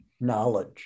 knowledge